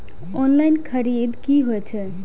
Online खरीद की होए छै?